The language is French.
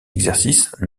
exercices